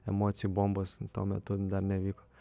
emocijų bombos tuo metu dar nevyko